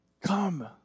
come